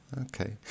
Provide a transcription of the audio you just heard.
okay